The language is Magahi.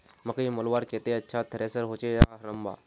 मकई मलवार केते अच्छा थरेसर होचे या हरम्बा?